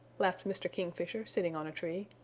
laughed mr. kingfisher, sitting on a tree.